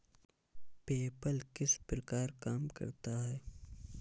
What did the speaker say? PayPal किस प्रकार काम करता है?